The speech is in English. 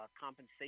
compensation